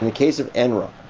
and case of enron,